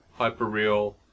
hyperreal